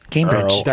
Cambridge